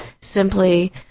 simply